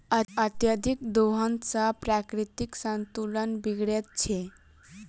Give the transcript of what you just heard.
अत्यधिक दोहन सॅ प्राकृतिक संतुलन बिगड़ैत छै